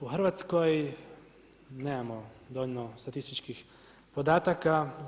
U Hrvatskoj nemamo dovoljno statističkih podataka.